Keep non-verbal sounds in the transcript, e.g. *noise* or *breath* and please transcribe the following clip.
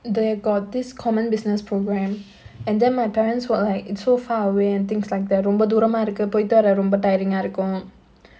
they got this common business program and then my parents were like it's so far away and things like that ரொம்ப தூரமா இருக்கு போயிட்டு வர ரொம்ப:romba thooramaa irukku poittu vara romba tiring ah இருக்கும்:irukkum *breath*